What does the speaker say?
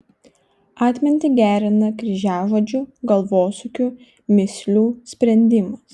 atmintį gerina kryžiažodžių galvosūkių mįslių sprendimas